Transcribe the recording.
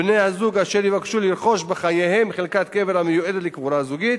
בני-זוג אשר יבקשו לרכוש בחייהם חלקת קבר המיועדת לקבורה זוגית